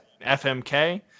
FMK